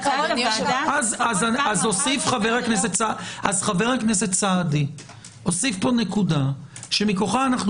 חבר הכנסת סעדי הוסיף פה נקודה שמכוחה אנחנו